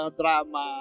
drama